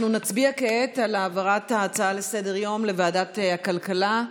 אנחנו נצביע כעת על העברת ההצעה לסדר-היום לוועדת הכלכלה.